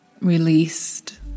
released